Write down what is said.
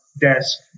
desk